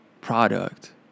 product